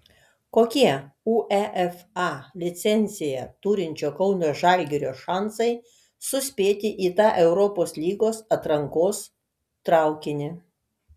kokie uefa licenciją turinčio kauno žalgirio šansai suspėti į tą europos lygos atrankos traukinį